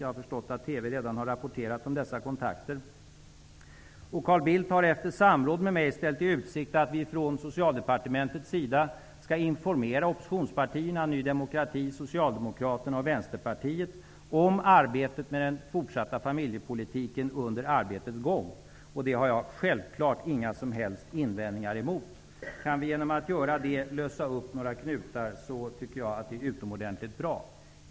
Jag har förstått att TV redan har rapporterat om dessa kontakter. Carl Bildt har efter samråd med mig ställt i utsikt att vi från Socialdepartementet under arbetets gång skall informera oppositionspartierna Ny demokrati, Socialdemokraterna och Vänsterpartiet om arbetet med den framtida familjepolitiken. Det har jag självfallet inga invändningar emot. Om vi genom att göra det kan lösa upp några knutar tycker jag att det är utomordentligt bra.